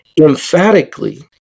emphatically